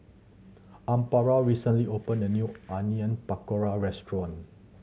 Amparo recently opened a new Onion Pakora Restaurant